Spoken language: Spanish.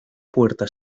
puerta